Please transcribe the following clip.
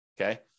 Okay